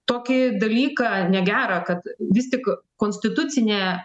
tokį dalyką negerą kad vis tik konstitucinė